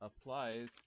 applies